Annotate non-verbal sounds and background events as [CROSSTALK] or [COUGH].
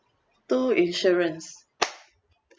two insurance [NOISE]